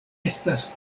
estas